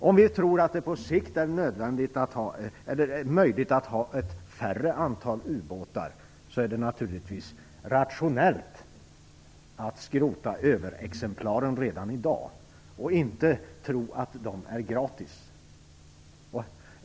Om vi tror att det på sikt är möjligt att ha ett mindre antal ubåtar är det naturligtvis rationellt att skrota överexemplaren redan i dag; vi skall inte tro att de är gratis.